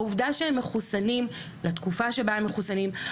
העובדה שהם מחוסנים לתקופה שבה הם מחוסנים,